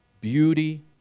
beauty